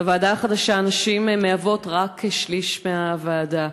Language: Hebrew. בוועדה החדשה נשים הן רק כשליש מהוועדה.